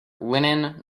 linen